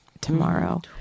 tomorrow